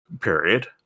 period